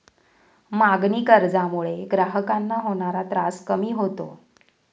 मागणी कर्जामुळे ग्राहकांना होणारा त्रास कमी होतो